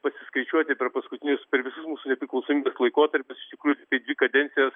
pasiskaičiuoti per paskutinius per visus nepriklausomybės laikotarpius iš tikrųjų tiktai dvi kadencijas